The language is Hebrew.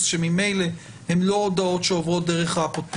שממילא הן לא הודעות שעוברות דרך האפוטרופוס.